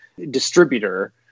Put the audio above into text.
distributor